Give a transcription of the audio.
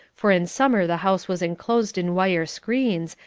for in summer the house was enclosed in wire screens,